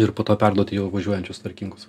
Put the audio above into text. ir po to perduoti jau važiuojančius tvarkingus